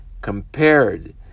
compared